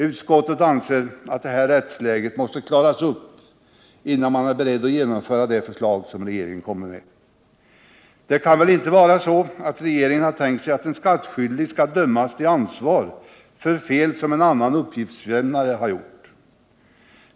Utskottet anseraatt detta rättsläge måste klaras upp, innan man är beredd att genomföra det förslag som regeringen har kommit med. Regeringen har väl inte tänkt sig att en skattskyldig skall dömas till ansvar för ett fel, som en annan uppgiftslämnare har gjort.